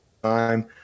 time